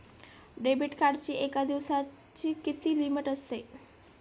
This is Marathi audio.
डेबिट कार्डची एका दिवसाची किती लिमिट असते?